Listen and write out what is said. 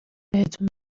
بهتون